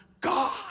God